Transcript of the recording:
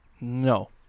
No